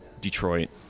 detroit